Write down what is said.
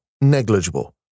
negligible